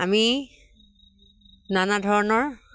আমি নানা ধৰণৰ